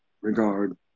regard